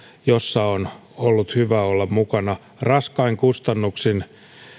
jossa on ollut hyvä olla mukana raskain kustannuksin